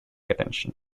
attention